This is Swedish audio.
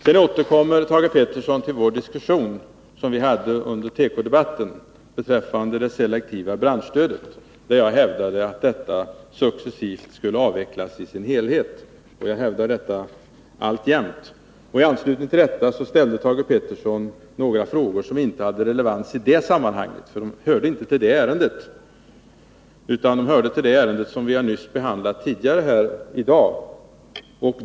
Sedan återkommer Thage Peterson till den diskussion som vi hade under tekodebatten beträffande det selektiva branschstödet, där jag hävdade att detta successivt bör avvecklas i sin helhet — och det hävdar jag alltjämt. I anslutning till detta ställde Thage Peterson några frågor som inte hade relevans i det sammanhanget — de hörde inte till det ärendet utan till det ärende som behandlades tidigare i dag.